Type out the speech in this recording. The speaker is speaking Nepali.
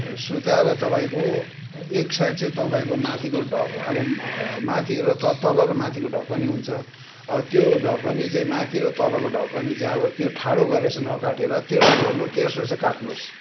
सुताएर तपाईँको एक साइड चाहिँ तपाईँको माथिको ढक अब माथि र त तल र माथिको ढकनी हुन्छ त्यो ढकनी चाहिँ माथि र तलको ढकनी चाहिँ अब त्यो ठाडो गरेर एसो नकाटेर तेर्सो गर्नु तेर्सो चाहिँ काट्नुहोस्